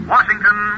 Washington